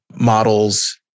models